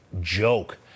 joke